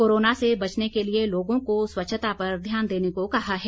corona से बचने के लिए लोगों को स्वच्छता पर ध्यान देने को कहा है